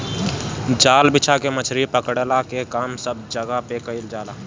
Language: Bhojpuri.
जाल बिछा के मछरी पकड़ला के काम सब जगह पे कईल जाला